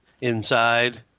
inside